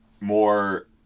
more